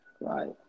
Right